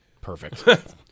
perfect